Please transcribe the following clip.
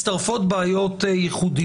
מצאי קרקעות, מצטרפות בעיות ייחודיות.